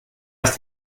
ist